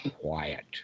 quiet